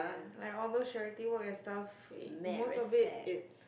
like all those charity work and stuff most of it it's